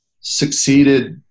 succeeded